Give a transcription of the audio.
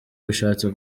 bishatse